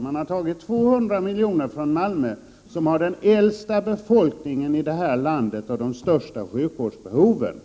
Man har tagit 200 milj.kr. från Malmö, som har den äldsta befolkningen i det här landet och de största sjukvårdsbehoven.